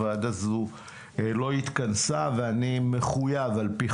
הוועדה הזו לא התכנסה ואני מחויב עפ"י